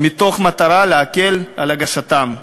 במטרה להקל על הגשתם.